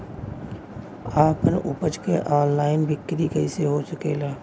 आपन उपज क ऑनलाइन बिक्री कइसे हो सकेला?